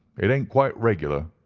it ain't quite regular,